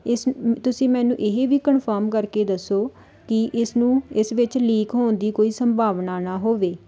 ਇਸ ਤੁਸੀਂ ਮੈਨੂੰ ਇਹ ਵੀ ਕਨਫਰਮ ਕਰਕੇ ਦੱਸੋ ਕਿ ਇਸ ਨੂੰ ਇਸ ਵਿੱਚ ਲੀਕ ਹੋਣ ਦੀ ਕੋਈ ਸੰਭਾਵਨਾ ਨਾ ਹੋਵੇ